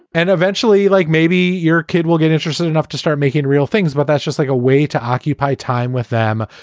and eventually, like, maybe your kid will get interested enough to start making real things, but that's just like a way to occupy time with them.